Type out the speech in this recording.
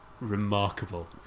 remarkable